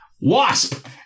Wasp